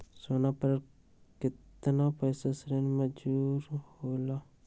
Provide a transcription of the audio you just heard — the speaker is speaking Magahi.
सोना पर कतेक पैसा ऋण मंजूर होलहु?